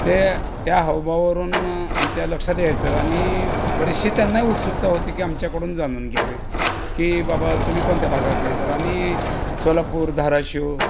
ते त्या हावभावावरून आमच्या लक्षात द्यायचं आणि बरीचशी त्यांनाही उत्सुकता होते की आमच्याकडून जाणून घ्यावे की बाबा तुम्ही कोणत्या भागातलं आहे तर आम्ही सोलापूर धाराशिव